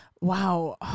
Wow